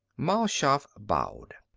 mal shaff bowed.